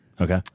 Okay